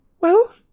Well